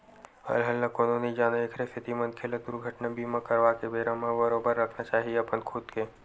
अलहन ल कोनो नइ जानय एखरे सेती मनखे ल दुरघटना बीमा करवाके बेरा म बरोबर रखना चाही अपन खुद के